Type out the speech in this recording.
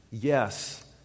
Yes